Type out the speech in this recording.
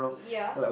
ya